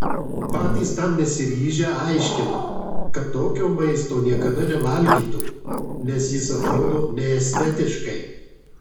patys tam nesiryžę aiškino kad tokio maisto niekada nevalgytų nes jis atrodo neestetiškai